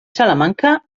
salamanca